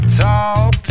talk